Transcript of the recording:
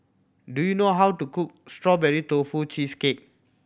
do you know how to cook Strawberry Tofu Cheesecake